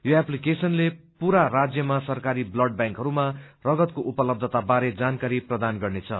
यो एस्तीकेशनले पूरा राज्यमा सरकारी व्लड व्यांकहरूमा रगतको उपलबता बारे जानकारी प्रदान गर्नेछ